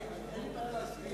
אני מוכן להסכים,